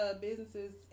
Businesses